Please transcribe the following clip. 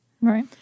Right